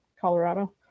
Colorado